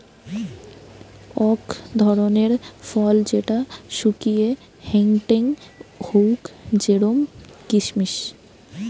অক ধরণের ফল যেটা শুকিয়ে হেংটেং হউক জেরোম কিসমিস